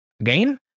Again